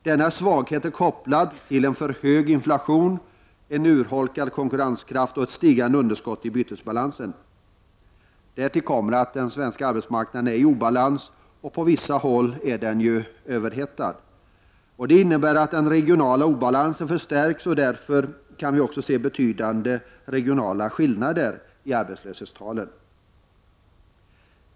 Denna svaghet är kopplad till en för hög inflation, en urholkad konkurrenskraft och ett stigande underskott i bytesbalansen. Därtill kommer att den svenska arbetsmarknaden är i obalans och på vissa håll överhettad. Det innebär att den regionala obalansen förstärks, och därför kan vi också se betydande regionala skillnader i arbetslöshetstalen.